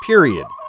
period